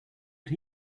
did